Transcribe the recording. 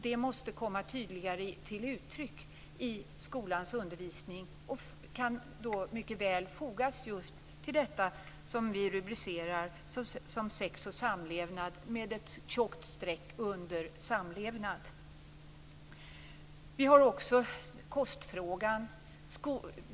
Det måste komma tydligare till uttryck i skolans undervisning och kan mycket väl fogas till det som vi rubricerar sex och samlevnad, med ett tjockt streck under samlevnad. Vi har också kostfrågan.